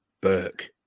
Burke